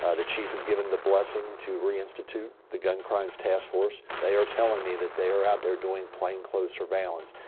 ah the chief has given the blessing to reinstitute the gun crimes task force. they're telling me that they're out there doing plainclothes plainclothes surveillance,